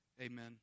Amen